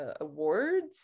awards